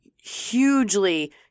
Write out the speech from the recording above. hugely